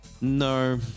No